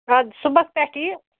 اَدٕ صُبحَس پٮ۪ٹھ یہِ